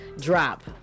drop